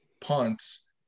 punts